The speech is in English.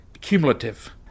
cumulative